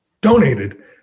donated